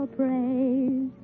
praise